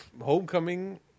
Homecoming